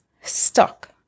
stuck